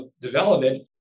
development